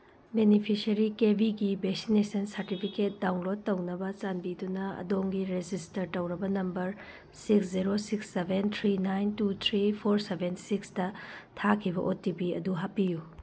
beneficiary ꯀꯦꯕꯤꯒꯤ vaccination certificate download ꯇꯧꯅꯕ ꯆꯥꯟꯕꯤꯗꯨꯅ ꯑꯗꯣꯝꯒꯤ ꯔꯦꯖꯤꯁꯇꯔ ꯇꯧꯔꯕ number six zero six seven three nine two three four seven ꯁꯤꯛꯁꯇ ꯊꯥꯈꯤꯕ ꯑꯣ ꯇꯤ ꯄꯤ ꯑꯗꯨ ꯍꯥꯞꯄꯤꯌꯨ